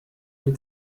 mir